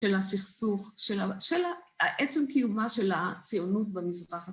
‫של הסכסוך, של העצם קיומה ‫של הציונות במזרח הזה.